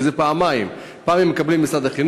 כי זה פעמיים: פעם אחת הם מקבלים ממשרד החינוך,